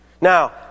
Now